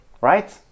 right